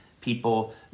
people